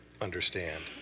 understand